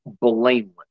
blameless